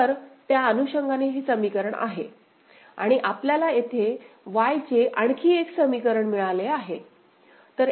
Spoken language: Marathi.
तर त्या अनुषंगाने हे समीकरण आहे आणि आपल्याला येथे Y चे आणखी एक समीकरण मिळाले आहे